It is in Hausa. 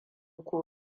ko